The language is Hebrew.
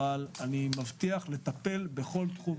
אבל אני מבטיח לטפל בכל תחום.